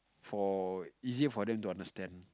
for easier for them to understand